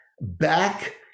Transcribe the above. back